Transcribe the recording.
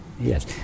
Yes